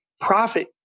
profit